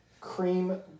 cream